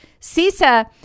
CISA